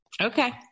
Okay